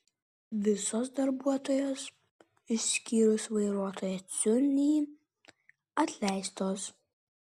visos darbuotojos išskyrus vairuotoją ciūnį atleistos